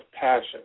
passion